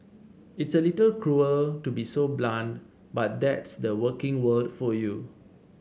it's a little cruel to be so blunt but that's the working world for you